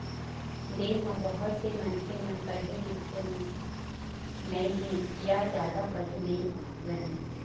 देश म बहुत से मनखे मन पढ़े लिखे नइ हे य जादा पढ़े नइ रहँय